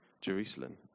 Jerusalem